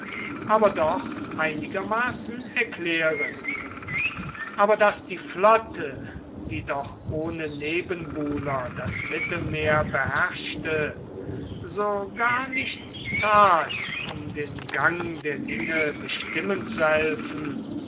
aber doch einigermaßen erklären aber daß die flotte die doch ohne nebenbuhler das mittelmeer beherrschte so gar nichts tat um den gang der dinge bestimmen zu helfen